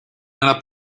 nella